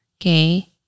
Okay